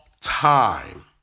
time